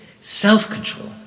Self-control